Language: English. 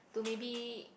to maybe